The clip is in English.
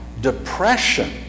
depression